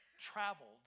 traveled